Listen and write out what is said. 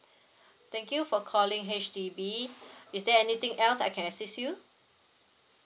thank you for calling H_D_B is there anything else I can assist you